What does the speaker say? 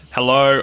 Hello